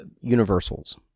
universals